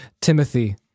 Timothy